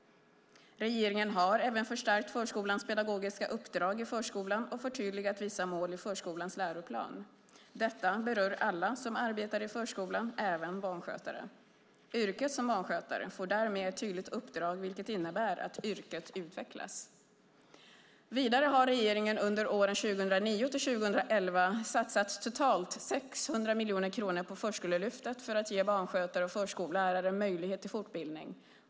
Regeringen har även förstärkt förskolans pedagogiska uppdrag i förskolan och förtydligat vissa mål i förskolans läroplan. Detta berör alla som arbetar i förskolan, även barnskötare. Yrket barnskötare får därmed ett tydligare uppdrag vilket innebär att yrket utvecklas. Vidare har regeringen under åren 2009-2011 satsat totalt 600 miljoner kronor på Förskolelyftet för att ge barnskötare och förskollärare möjlighet till fortbildning.